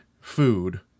food